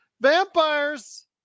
vampires